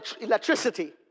electricity